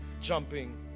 jumping